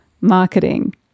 marketing